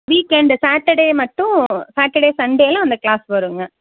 week end Saturday மட்டும் Saturday சண்டேலாம் அந்த கிளாஸ் வருங்க